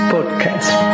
Podcast